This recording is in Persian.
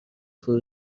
فرو